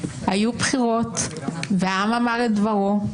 היו בחירות והעם אמר את דברו,